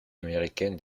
américaine